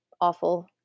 awful